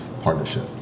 partnership